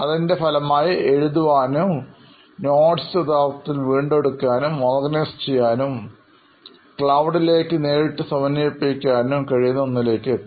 അതിൻറെ ഫലമായി എഴുതാനും കുറിപ്പുകൾ യഥാർഥത്തിൽ വീണ്ടെടുക്കാനും ഓർഗനൈസ് ചെയ്യാനും ക്ലൌഡ് ലേക്ക് നേരിട്ട് സമന്വയിപ്പിക്കാൻ ഉം കഴിയുന്ന ഒന്നിലേക്ക് എത്തി